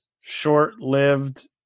short-lived